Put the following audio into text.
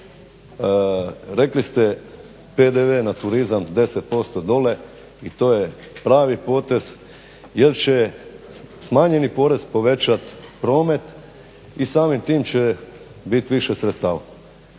rekli ste PDV na turizam 10% dole i to je pravi potez jer će smanjeni porez povećati promet i samim tim će biti više sredstava.